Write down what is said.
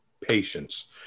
patience